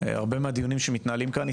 הרבה מהדיונים שמתנהלים כאן,